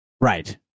Right